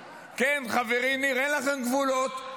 כן, חברי ניר, אין לכם גבולות.